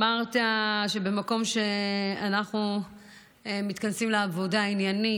אמרת שבמקום שאנחנו מתכנסים לעבודה עניינית,